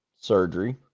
surgery